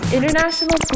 International